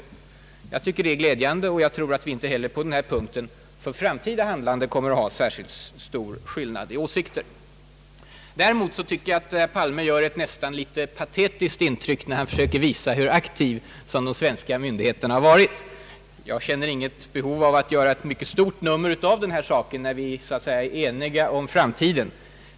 Jag tycker det är glädjande. Och jag tror inte heller att vi på de här punkterna för framtida svenskt hand lande kommer att ha särskilt stor skillnad i åsikter. Däremot tycker jag att herr Palme gör ett nästan patetiskt intryck när han försöker visa hur aktiva de svenska myndigheterna har varit. Jag känner inget behov av att göra ett mycket stort nummer av detta när vi är eniga om framtiden.